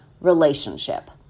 relationship